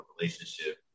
relationship